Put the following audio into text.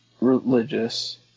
religious